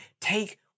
Take